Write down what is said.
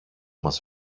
μας